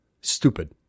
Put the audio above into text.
Stupid